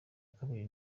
kabiri